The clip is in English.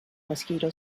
mosquito